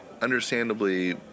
understandably